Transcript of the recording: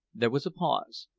there was a pause,